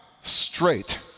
straight